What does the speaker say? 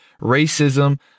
racism